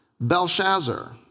Belshazzar